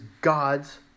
God's